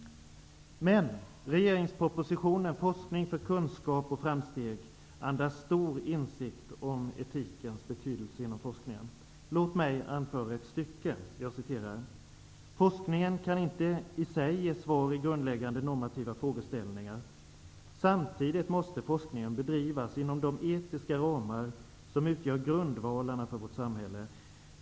Regeringspropositionen ''Forskning för kunskap och framsteg'' andas stor insikt om etikens betydelse inom forskningen. Låt mig citera ett stycke på s. 6: ''Forskningen kan inte i sig ge svar i grundläggande normativa frågeställningar. Samtidigt måste forskningen bedrivas inom de etiska ramar som utgör grundvalarna för vårt samhälle.